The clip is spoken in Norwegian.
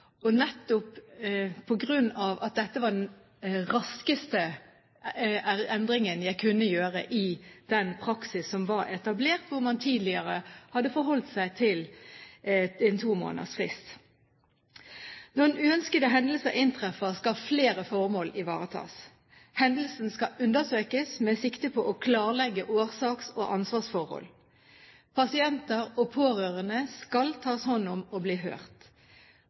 dette nettopp på grunn av at det var den raskeste endringen jeg kunne gjøre i den praksis som var etablert, hvor man tidligere hadde forholdt seg til en to måneders frist. Når uønskede hendelser inntreffer, skal flere formål ivaretas. Hendelsen skal undersøkes med sikte på å klarlegge årsaks- og ansvarsforhold. Pasienter og pårørende skal tas hånd om og bli hørt.